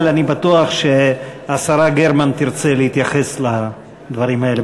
אבל אני בטוח שהשרה גרמן תרצה להתייחס לדברים האלה.